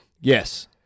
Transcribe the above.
Yes